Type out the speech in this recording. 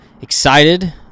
excited